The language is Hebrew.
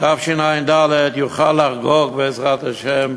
תשע"ד יוכל לחגוג, בעזרת השם,